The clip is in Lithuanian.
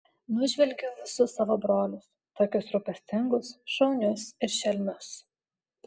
nužvelgiau visus savo brolius tokius rūpestingus šaunius ir šelmius